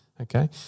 okay